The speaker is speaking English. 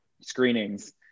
screenings